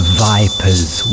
vipers